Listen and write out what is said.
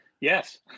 Yes